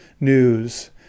news